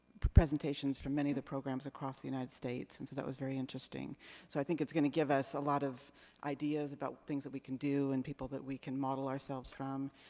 presentations from many of the programs across the united states. and that was very interesting. so i think it's gonna gonna give us a lot of ideas about things that we can do, and people that we can model ourselves from.